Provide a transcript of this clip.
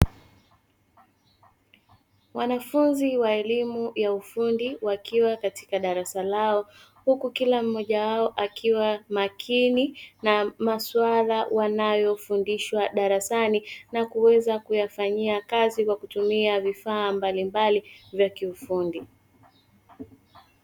Wanafunzi wa elimu ya ufundi wakiwa katika darasa lao huku kila mmoja wao akiwa makini na masuala wanayofundishwa darasani, na kuweza kuyafanyia kazi kwa kutumia vifaa mbalimbali vya kiufundi.